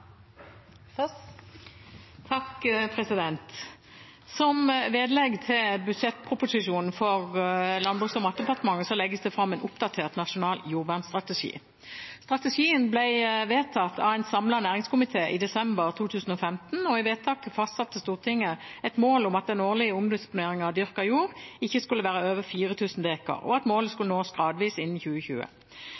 Som vedlegg til budsjettproposisjonen for Landbruks- og matdepartementet legges det fram en oppdatert nasjonal jordvernstrategi. Strategien ble vedtatt av en samlet næringskomité i desember 2015. I vedtaket fastsatte Stortinget et mål om at den årlige omdisponeringen av dyrket jord ikke skulle være over 4 000 dekar, og at målet